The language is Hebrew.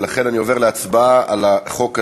ולכן אני עובר להצבעה על החוק הזה,